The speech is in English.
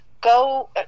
go